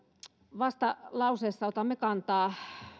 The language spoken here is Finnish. vastalauseessa otamme kantaa